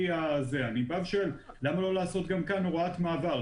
אני שואל למה לא לעשות גם כאן הוראת מעבר.